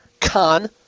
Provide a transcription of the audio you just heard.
con